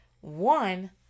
One